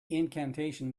incantation